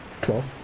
Twelve